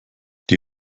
die